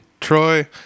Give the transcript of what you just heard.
Troy